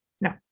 No